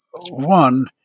One